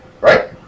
right